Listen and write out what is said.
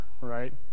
right